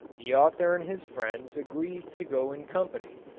the author and his friends agree to go in company